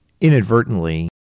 inadvertently